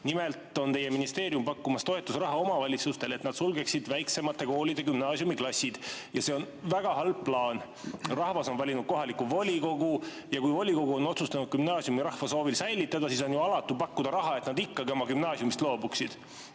Nimelt on teie ministeerium pakkumas toetusraha omavalitsustele, et nad sulgeksid väiksemate koolide gümnaasiumiklassid. See on väga halb plaan. Rahvas on valinud kohaliku volikogu ja kui volikogu on otsustanud gümnaasiumi rahva soovil säilitada, siis on ju alatu pakkuda raha, et nad ikkagi oma gümnaasiumist loobuksid.